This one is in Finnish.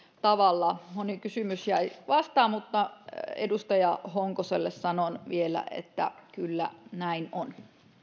tavalla moni kysymys jäi vastaamatta mutta edustaja honkoselle sanon vielä että kyllä näin on